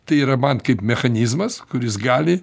tai yra man kaip mechanizmas kuris gali